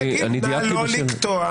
אני דייקתי בשאלות.